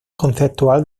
conceptual